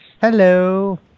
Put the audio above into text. Hello